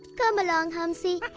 come along, hamsi!